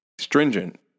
stringent